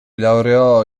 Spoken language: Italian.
laureò